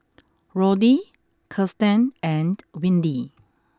Roddy Kiersten and Windy